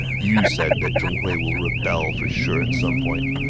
you said that zhong hui will rebel for sure at some point.